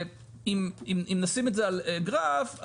אם נשים את זה על גרף,